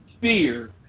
fear